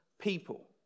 people